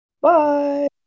Bye